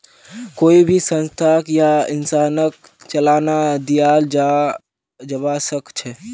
कोई भी संस्थाक या इंसानक चालान दियाल जबा सख छ